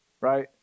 Right